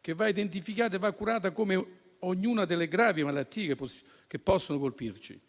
che va identificata e curata come ognuna delle gravi malattie che possono colpirci.